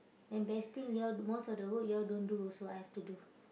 and best thing you all most of the work you all don't do also I have to do